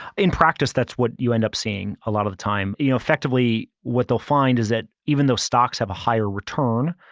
in practice that's what you end up seeing a lot of the time. you know effectively what they'll find is that even though stocks have a higher return,